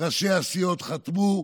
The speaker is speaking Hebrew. ראשי הסיעות חתמו.